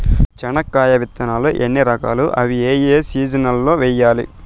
చెనక్కాయ విత్తనాలు ఎన్ని రకాలు? అవి ఏ ఏ సీజన్లలో వేయాలి?